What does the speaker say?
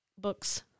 books